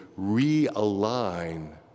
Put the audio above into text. realign